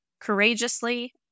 courageously